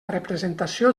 representació